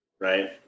right